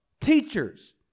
teachers